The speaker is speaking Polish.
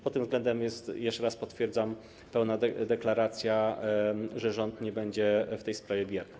Pod tym względem jest - jeszcze raz potwierdzam - pełna deklaracja, że rząd nie będzie w tej sprawie bierny.